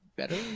Better